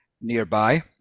nearby